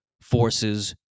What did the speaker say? forces